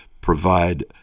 provide